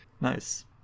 Nice